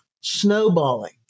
snowballing